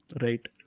Right